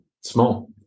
small